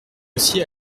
aussi